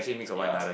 ya